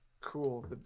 cool